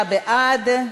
49 בעד,